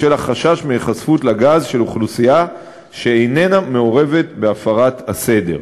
בשל החשש להיחשפות לגז של אוכלוסייה שאיננה מעורבת בהפרת הסדר.